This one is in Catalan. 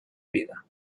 vida